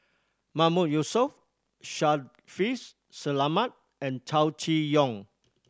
Mahmood Yusof Shaffiq Selamat and Chow Chee Yong